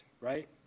right